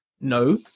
No